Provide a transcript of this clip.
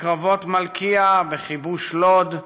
בקרבות מלכיה, בכיבוש לוד,